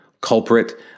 culprit